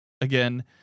again